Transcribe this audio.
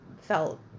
felt